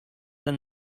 than